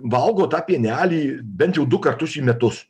valgo tą pienelį bent jau du kartus į metus